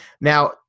Now